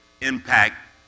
impact